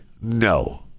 no